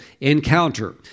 encounter